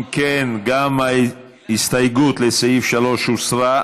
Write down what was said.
אם כן, גם ההסתייגות לסעיף 3 הוסרה.